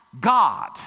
God